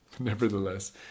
Nevertheless